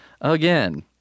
again